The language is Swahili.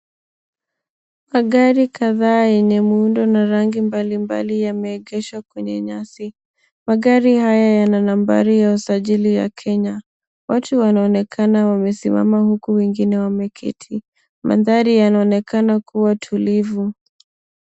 Magari kadhaa yenye muundo na rangi mbali mbali yameegeshwa kwenye nyasi magari haya yananambari ya usajili ya kenye watu wanaonekana wamesimama huku wengine wameketi mandhari yanaonekana kuwa tulivu.